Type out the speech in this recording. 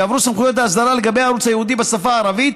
יעברו סמכויות האסדרה לגבי הערוץ הייעודי בשפה הערבית,